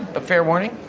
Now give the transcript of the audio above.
a fair warning.